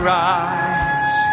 rise